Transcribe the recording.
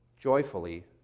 joyfully